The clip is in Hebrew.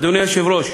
אדוני היושב-ראש,